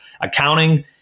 accounting